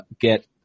get